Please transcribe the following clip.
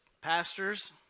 pastors